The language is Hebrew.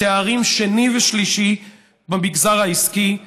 בתארים שני ושלישי במגזר העסקי.